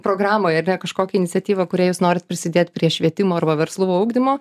programoj ane kažkokią iniciatyvą kuria jūs norit prisidėt prie švietimo arba verslumo ugdymo